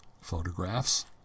photographs